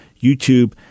YouTube